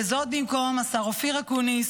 וזאת במקום השר אופיר אקוניס,